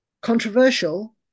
controversial